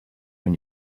when